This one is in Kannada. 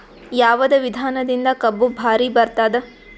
ಯಾವದ ವಿಧಾನದಿಂದ ಕಬ್ಬು ಭಾರಿ ಬರತ್ತಾದ?